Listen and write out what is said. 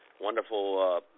wonderful